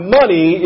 money